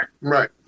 Right